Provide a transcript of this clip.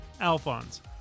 Alphonse